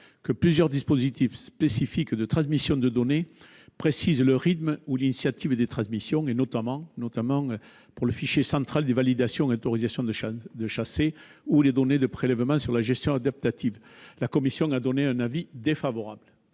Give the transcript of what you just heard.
que plusieurs dispositifs spécifiques de transmission de données précisent le rythme ou l'initiative des transmissions, notamment pour le fichier central des permis délivrés, des validations et des autorisations de chasser ou les données de prélèvement sur la gestion adaptative. La commission émet donc un avis défavorable.